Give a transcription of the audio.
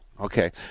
Okay